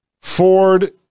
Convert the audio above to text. Ford